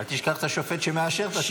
אל תשכח את השופט שמאשר את השער.